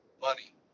money